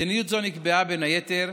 מדיניות זו נקבעה, בין היתר,